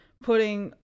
putting